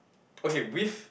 okay with